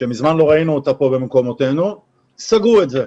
שמזמן לא ראינו אותה במקומותינו, סגרו את זה.